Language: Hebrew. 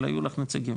אבל היו בו נציגים,